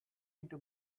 into